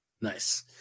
Nice